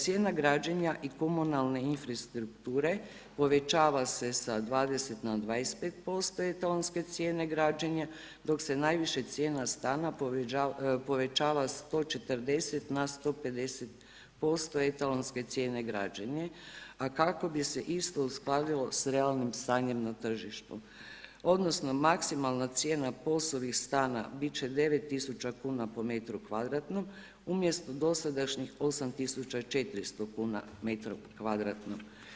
Cijena građenja i komunalne infrastrukture povećava se sa 20 na 25% etalonske cijene građenja, dok se najviše cijena stana povećava 140 na 150% etalonske cijena građenja, a kako bi se isto uskladilo s realnim stanjem na tržištu, odnosno maksimalna cijena POS-ovih stana bit će 9000 kuna po metru kvadratnom, umjesto dosadašnjih 8400 kuna po metru kvadratnom.